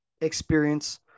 experience